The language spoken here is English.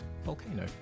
Volcano